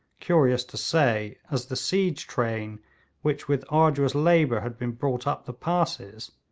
curious to say, as the siege train which with arduous labour had been brought up the passes,